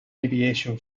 aviation